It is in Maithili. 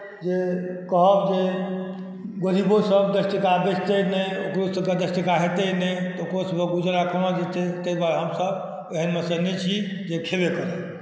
जे कहब जे गरीबोसभ दस टका बेचतै नहि ओकरोसभके दस टका हेतै नहि तऽ ओकरोसभके गुजारा कोना जेतै ताहि दुआरे हमसभ ओहनमेसँ नहि छी जे खएबे करी